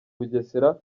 bugesera